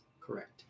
Correct